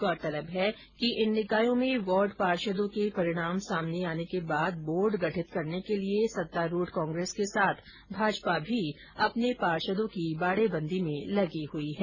गौरतलब है कि इन निकायों में वार्ड पार्षदों के परिणाम सामने आने के बाद बोर्ड गठित करने के लिये सत्तारूढ़ कांग्रेस के साथ भाजपा भी अपने पार्षदों की बाड़ेबदी में लगी हुयी है